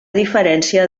diferència